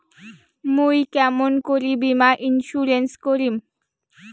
মুই কেমন করি বীমা ইন্সুরেন্স করিম?